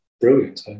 brilliant